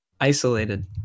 isolated